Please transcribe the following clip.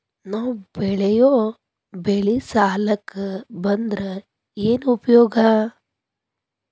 ನಾವ್ ಬೆಳೆಯೊ ಬೆಳಿ ಸಾಲಕ ಬಂದ್ರ ಏನ್ ಉಪಯೋಗ?